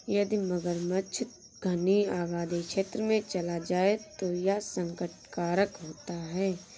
यदि मगरमच्छ घनी आबादी क्षेत्र में चला जाए तो यह संकट कारक होता है